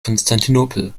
konstantinopel